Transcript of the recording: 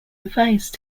advised